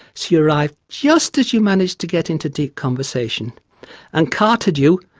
she arrived just as you managed to get into deep conversation and carted you,